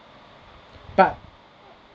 but